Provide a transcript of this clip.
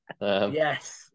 Yes